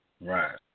Right